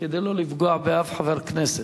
כדי לא לפגוע באף חבר כנסת.